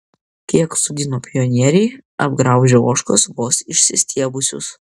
kiek sodino pionieriai apgraužia ožkos vos išsistiebusius